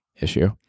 issue